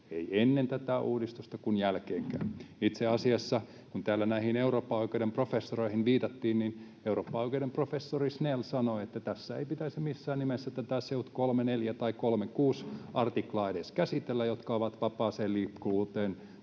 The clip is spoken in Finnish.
niin ennen tätä uudistusta kuin jälkeenkään. Itse asiassa, kun täällä näihin eurooppaoikeuden professoreihin viitattiin, eurooppaoikeuden professori Snell sanoi, että tässä ei pitäisi missään nimessä edes käsitellä SEUT 34 tai 36 artiklaa, jotka ovat tavaroiden vapaata liikkuvuutta